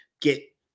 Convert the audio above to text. get